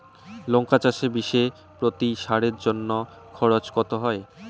লঙ্কা চাষে বিষে প্রতি সারের জন্য খরচ কত হয়?